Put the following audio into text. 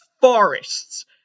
forests